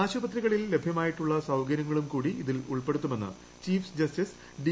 ആശുപിതികളിൽ ലഭ്യമായിട്ടുള്ള ചാർജ്ജ് സൌകര്യങ്ങളും കൂടി ഇതിൽ ക്ളിർപ്പെടുത്തുമെന്ന് ചീഫ് ജസ്റ്റിസ് ഡി